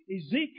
Ezekiel